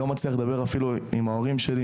לא מצליח לדבר עם ההורים שלי,